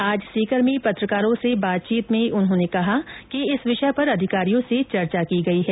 आज सीकर में पत्रकारों से बातचीत में उन्होंने कहा कि इस विषय पर अधिकारियों से चर्चा की गई है